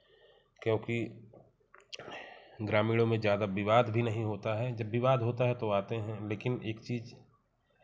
क्योंकि ग्रामीणों में ज़्यादा विवाद नहीं होता है जब विवाद होता है तो आते हैं लेकिन एक चीज़